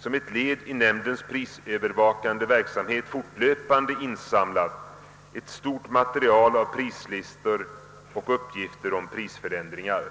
som ett led i nämndens prisövervakande verksamhet fortlöpande insamlat ett stort material av prislistor och uppgifter om prisförändringar.